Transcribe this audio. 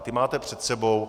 Ty máte před sebou.